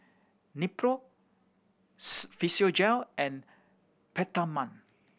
Nepro Physiogel and Peptamen